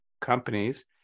companies